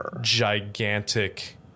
gigantic